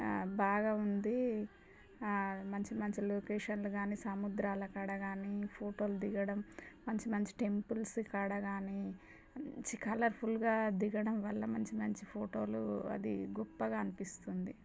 బాగా ఉంది మంచి మంచి లొకేషన్లు గానీ సముద్రాల కాడ గానీ ఫోటోలు దిగడం మంచి మంచి టెంపుల్స్ కాడ గానీ చి కలర్ఫుల్గా దిగడం వల్ల మంచి మంచి ఫోటోలు అది గొప్పగా అనిపిస్తుంది